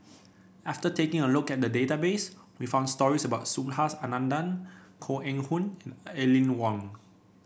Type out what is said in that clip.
after taking a look at database we found stories about Subhas Anandan Koh Eng Hoon and Aline Wong